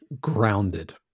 grounded